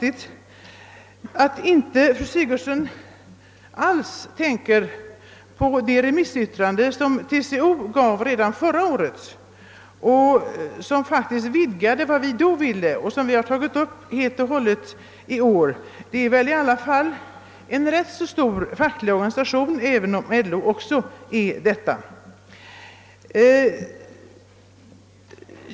Jag tycker att det är ensidigt att fru Sigurdsen inte alls fäster avseende vid det remissyttrande som TCO avgav redan förra året. I det framfördes önskemål utöver vad vi själva anfört, och dessa har vi tagit upp i år. TCO är ju i alla fall en rätt stor facklig organisation, även om LO också är det.